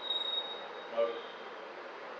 okay